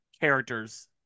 characters